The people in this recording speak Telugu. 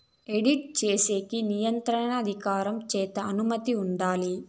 ఆడిట్ చేసేకి నియంత్రణ అధికారం చేత అనుమతి ఉండాలి